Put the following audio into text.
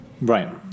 Right